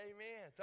Amen